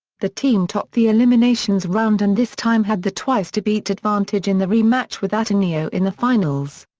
the team topped the eliminations round and this time had the twice to beat advantage in the re-match with ateneo in the finals.